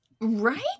Right